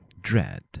dread